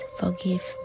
forgive